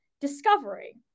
discovery